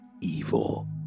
evil